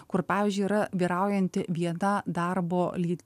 kur pavyzdžiui yra vyraujanti viena darbo lyt